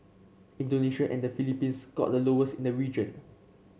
Indonesia and the Philippines scored the lowest in the region